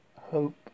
Hope